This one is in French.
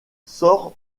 sort